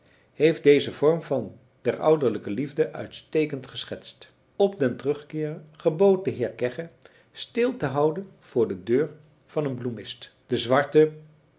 heeft dezen vorm der ouderlijke liefde uitstekend geschetst op den terugkeer gebood de heer kegge stil te houden voor de deur van een bloemist de zwarte